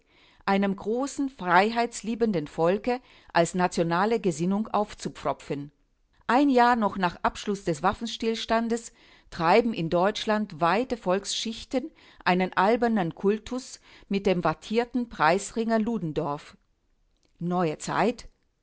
einem großen freiheitsliebenden volke als nationale gesinnung aufzupfropfen ein jahr noch nach abschluß des waffenstillstandes treiben in deutschland weite volksschichten einen albernen kultus mit dem wattierten preisringer ludendorff neue zeit